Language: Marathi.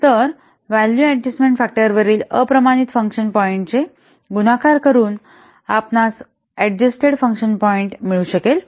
तर व्हॅल्यू अडजस्टमेन्ट फॅक्टरवरील अप्रमाणित फंक्शन पॉईंटचे गुणाकार करून आपणास अडजस्टेड फंकशन पॉईंट मिळू शकेल